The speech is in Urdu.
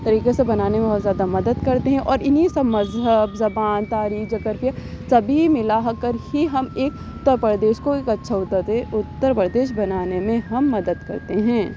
طریقے سے بنانے میں بہت زیادہ مدد کرتے ہیں اور انہیں سب مذہب زبان تاریخ جغرافیہ سبھی ملا کر ہی ہم ایک اتر پردیش کو ایک اچھا اتر پردیش بنانے میں ہم مدد کرتے ہیں